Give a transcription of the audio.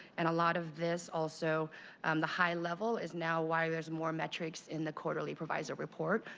and a lot of this also um the high level is now why there's more metrics in the quarterly proviso report.